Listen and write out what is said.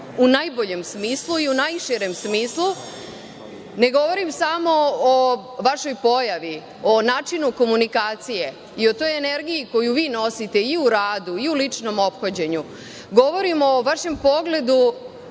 u najboljem smislu i u najširem smislu. Ne govorim samo o vašoj pojavi, o načinu komunikacije i o toj energiji koju vi nosite i u radu i lučnom ophođenju, govorim o vaše pogledu